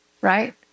right